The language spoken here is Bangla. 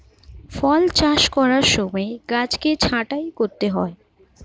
ফল চাষ করার সময় গাছকে ছাঁটাই করতে হয়